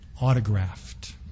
autographed